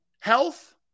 health